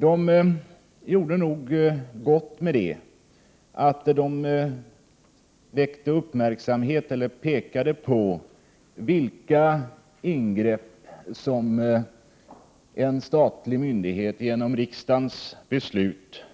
De gjorde nog gott genom att peka på vilka ingrepp som en statlig myndighet genom riksdagens beslut